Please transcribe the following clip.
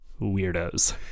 weirdos